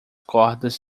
cordas